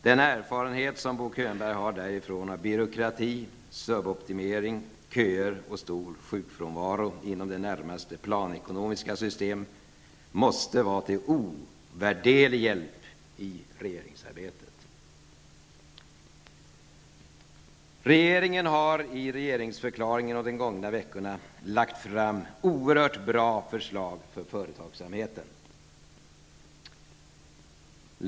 Den erfarenhet som Bo Könberg har därifrån av byråkrati, suboptimering, köer och stor sjukfrånvaro inom detta närmast planekonomiska system måste vara till ovärderlig hjälp i regeringsarbetet. Regeringen har i regeringsförklaringen och under de gångna veckorna lagt fram oerhört bra förslag för företagsamheten.